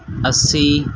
ਅੱਸੀ